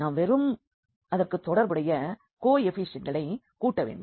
நாம் வெறும் அதற்கு தொடர்புடைய கோ எஃப்பிஷியெண்ட்களை கூட்ட வேண்டும்